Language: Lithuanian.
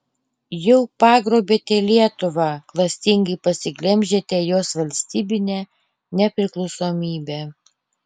jau pagrobėte lietuvą klastingai paglemžėte jos valstybinę nepriklausomybę